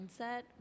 mindset